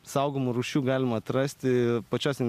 saugomų rūšių galima atrasti pačiose